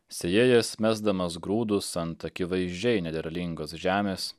sėjėjas mesdamas grūdus ant akivaizdžiai nederlingos žemės